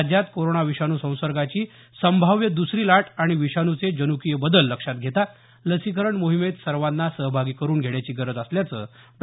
राज्यात कोरोना विषाणू संसर्गाची संभाव्य दुसरी लाट आणि विषाणूचे जन्कीय बदल लक्षात घेता लसीकरण मोहिमेत सर्वांना सहभागी करून घेण्याची गरज असल्याचं डॉ